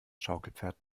schaukelpferd